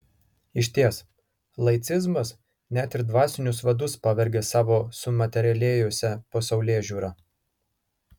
išties laicizmas net ir dvasinius vadus pavergia savo sumaterialėjusia pasaulėžiūra